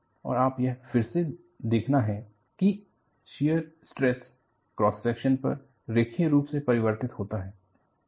और यह फिर से दिखाना है कि शियर स्ट्रेस क्रॉस सेक्शन पर रैखिक रूप से परिवर्तित होता है